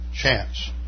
chance